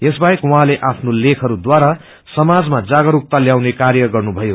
यसबाहेक हाँले आफ्नो लेखहरूद्वारा समाजमा जागरूकता ल्याउने कार्य गर्नुमयो